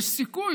יש סיכוי